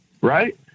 right